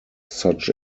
such